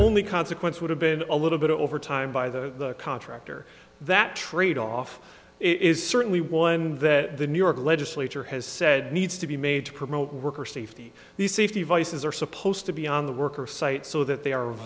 only consequence would have been a little bit over time by the contractor that tradeoff is certainly one that the new york legislature has said needs to be made to promote worker safety the safety as are supposed to be on the worker site so that they are